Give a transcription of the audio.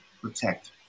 protect